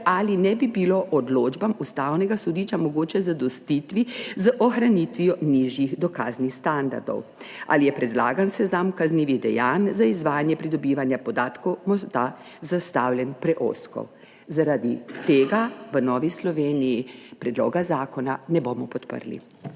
ali ne bi bilo odločbam Ustavnega sodišča mogoče zadostiti z ohranitvijo nižjih dokaznih standardov. Ali je predlagani seznam kaznivih dejanj za izvajanje pridobivanja podatkov morda zastavljen preozko? Zaradi tega v Novi Sloveniji predloga zakona ne bomo podprli.